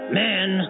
man